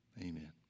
Amen